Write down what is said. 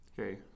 Okay